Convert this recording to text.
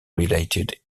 related